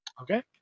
Okay